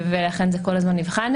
ולכן זה כל הזמן נבחן.